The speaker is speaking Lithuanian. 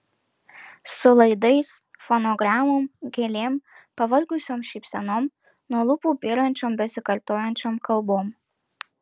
su laidais fonogramom gėlėm pavargusiom šypsenom nuo lūpų byrančiom besikartojančiom kalbom